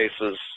cases